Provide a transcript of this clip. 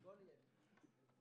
כל זה,